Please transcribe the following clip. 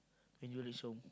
when you reach home